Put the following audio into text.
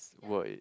why